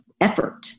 effort